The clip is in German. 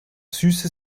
süße